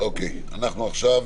נעבור